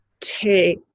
take